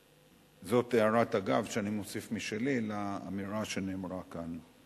זאת הערת אגב שאני מוסיף משלי לאמירה שנאמרה כאן.